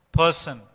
person